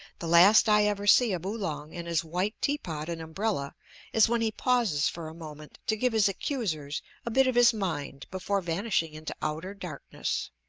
the last i ever see of oolong and his white tea-pot and umbrella is when he pauses for a moment to give his accusers a bit of his mind before vanishing into outer darkness.